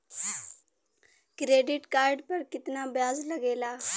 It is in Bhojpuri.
क्रेडिट कार्ड पर कितना ब्याज लगेला?